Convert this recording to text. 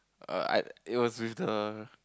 err I it was with the